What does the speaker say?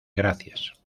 gracias